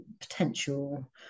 potential